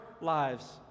lives